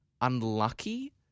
unlucky